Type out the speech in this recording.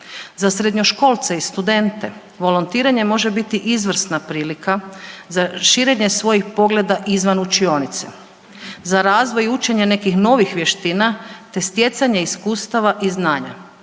Za srednjoškolce i studente volontiranje može biti izvrsna prilika za širenje svojih pogleda izvan učionice, za razvoj učenja nekih novih vještina te stjecanje iskustava i znanja.